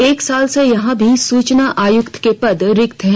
एक साल से यहां सभी सूचना आयुक्त के पद रिक्त हैं